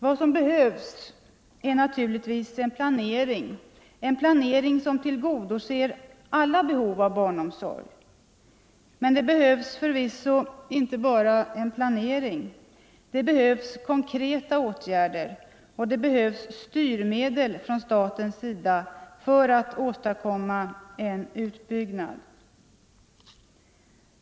Vad som behövs är naturligtvis = barnstugeutbyggen planering, en planering som tillgodoser alla behov av barnomsorg. nad, m.m. Men det behövs förvisso inte bara en planering, det behövs konkreta åtgärder och det behövs styrmedel från statens sida för att åstadkomma en utbyggnad.